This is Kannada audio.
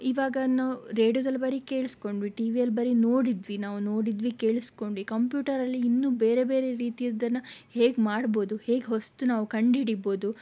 ಇವಾಗ ನಾವು ರೇಡಿಯೋದಲ್ಲಿ ಬರೀ ಕೇಳಿಸ್ಕೊಂಡ್ವಿ ಟಿವಿಯಲ್ಲಿ ಬರೀ ನೋಡಿದ್ವಿ ನಾವು ನೋಡಿದ್ವಿ ಕೇಳಿಸ್ಕೊಂಡ್ವಿ ಕಂಪ್ಯೂಟರಲ್ಲಿ ಇನ್ನೂ ಬೇರೆ ಬೇರೆ ರೀತಿಯದ್ದನ್ನು ಹೇಗೆ ಮಾಡಬಹುದು ಹೇಗೆ ಹೊಸತು ನಾವು ಕಂಡುಹಿಡಿಯಬಹುದು